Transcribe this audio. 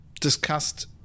discussed